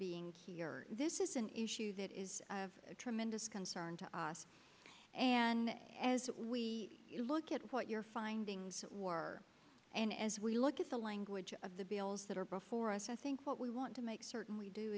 being here this is an issue that is of tremendous concern to us and as we look at what your findings that were and as we look at the language of the bills that are before us i think what we want to make certain we do